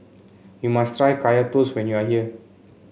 you must try Kaya Toast when you are here